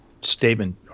statement